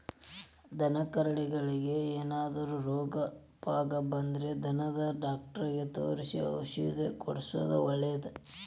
ದನಕರಗಳಿಗೆ ಏನಾರ ರೋಗ ಪಾಗ ಬಂದ್ರ ದನದ ಡಾಕ್ಟರಿಗೆ ತೋರಿಸಿ ಔಷಧ ಕೊಡ್ಸೋದು ಒಳ್ಳೆದ